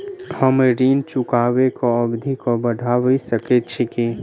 हम ऋण चुकाबै केँ अवधि केँ बढ़ाबी सकैत छी की?